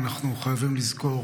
אנחנו חייבים לזכור,